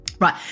Right